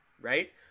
right